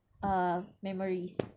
uh memories